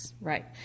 right